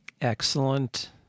Excellent